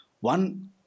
one